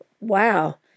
wow